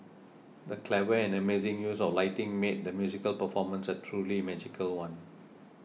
the clever and amazing use of lighting made the musical performance a truly magical one